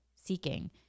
seeking